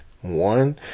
one